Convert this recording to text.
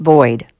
Void